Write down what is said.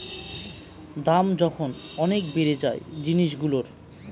দাম যখন অনেক বেড়ে যায় জিনিসগুলোর